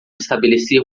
estabelecer